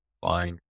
fine